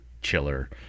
chiller